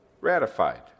ratified